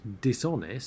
dishonest